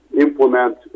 implement